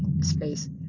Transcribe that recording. space